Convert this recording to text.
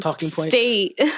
state